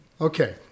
Okay